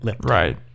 right